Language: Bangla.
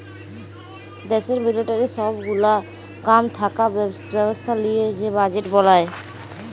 দ্যাশের মিলিটারির সব গুলা কাম থাকা ব্যবস্থা লিয়ে যে বাজেট বলায়